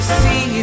see